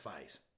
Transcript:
face